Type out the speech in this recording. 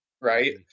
Right